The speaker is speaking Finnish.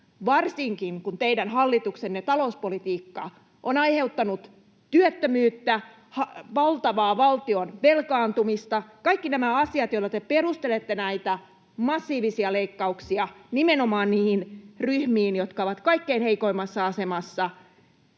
varsinkin kun teidän hallituksenne talouspolitiikka on aiheuttanut työttömyyttä, valtavaa valtion velkaantumista, kaikki nämä asiat, joilla te perustelette näitä massiivisia leikkauksia nimenomaan niihin ryhmiin, jotka ovat kaikkein heikoimmassa asemassa.